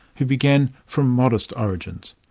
who began from modest origins.